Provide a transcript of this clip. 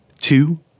two